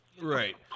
Right